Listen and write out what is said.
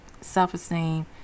self-esteem